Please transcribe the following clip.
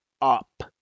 up